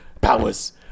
powers